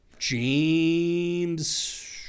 James